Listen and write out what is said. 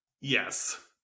Yes